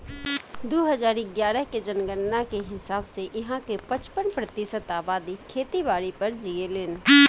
दू हजार इग्यारह के जनगणना के हिसाब से इहां के पचपन प्रतिशत अबादी खेती बारी पर जीऐलेन